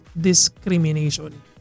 discrimination